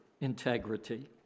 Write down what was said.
integrity